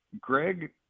Greg